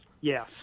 Yes